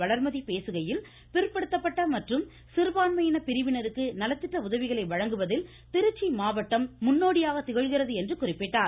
வளர்மதி பேசுகையில் பிற்படுத்தப்பட்ட மற்றும் சிறுபான்மையின பிரிவினருக்கு நலத்திட்ட உதவிகளை வழங்குவதில் திருச்சி மாவட்டம் முன்னோடியாக திகழ்கிறது என்று குறிப்பிட்டார்